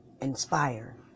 inspire